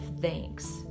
thanks